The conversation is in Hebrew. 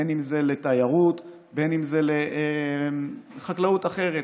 בין שזה לתיירות ובין שזה לחקלאות אחרת.